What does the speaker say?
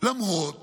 למרות